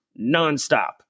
nonstop